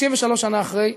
33 שנה אחרי,